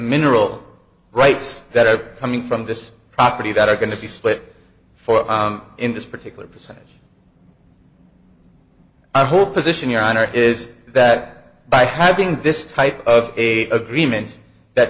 mineral rights that are coming from this property that are going to be split four in this particular percentage i hope position your honor is that by having this type of a agreement that